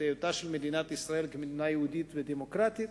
את היותה של מדינת ישראל מדינה יהודית ודמוקרטית,